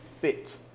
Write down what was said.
fit